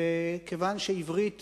כיוון שעברית